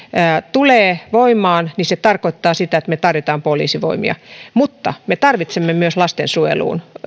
tulee voimaan niin se tarkoittaa sitä että me tarjoamme poliisivoimia mutta me tarvitsemme myös lastensuojeluun